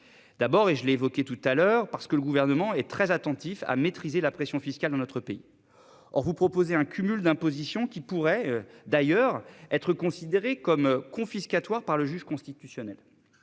D'abord, et je l'ai évoqué tout à l'heure parce que le gouvernement est très attentif à maîtriser la pression fiscale dans notre pays. On vous proposer un cumul d'imposition qui pourrait d'ailleurs être considéré comme confiscatoire par le juge constitutionnel.